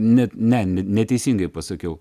net ne neteisingai pasakiau